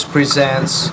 Presents